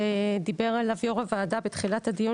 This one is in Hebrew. שדיבר עליו יושב ראש הוועדה בתחילת הדיון,